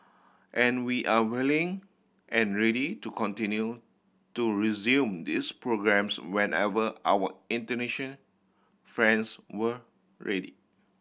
and we are willing and ready to continue to resume this programmes whenever our Indonesian friends were ready